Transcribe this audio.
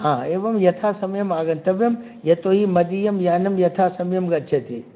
हा एवं यथासमयम् आगन्तव्यं यतोहि मदीयं यानं यथासमयं गच्छति